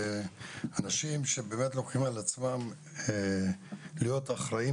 ואנשים שבאמת לוקחים על עצמם להיות אחראים